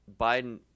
biden